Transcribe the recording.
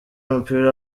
w’umupira